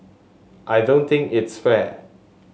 I don't think it's fair